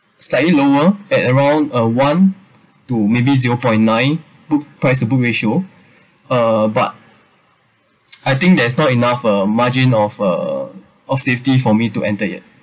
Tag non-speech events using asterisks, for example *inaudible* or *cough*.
slightly lower at around uh one to maybe zero point nine book price to book ratio uh but *noise* I think there's not enough uh margin of uh of safety for me to enter yet